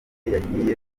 yagiye